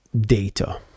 data